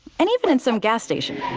and even in some gas stations.